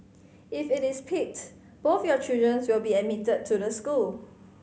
if it is picked both your children's will be admitted to the school